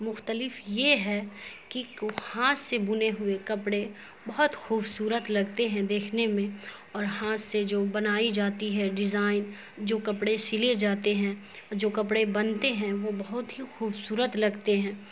مختلف یہ ہے کہ ہاتھ سے بنے ہوئے کپڑے بہت خوبصورت لگتے ہیں دیکھنے میں اور ہاتھ سے جو بنائی جاتی ہے ڈیزائن جو کپڑے سلے جاتے ہیں جو کپڑے بنتے ہیں وہ بہت ہی خوبصورت لگتے ہیں